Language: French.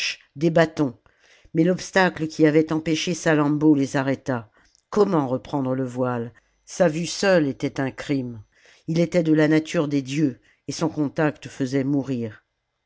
des bâtons mais l'obstacle qui avait empêché salammbô les arrêta comment reprendre le voile sa vue seule était un crime il était de la nature des dieux et son contact faisait mourir